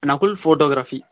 Nakul photography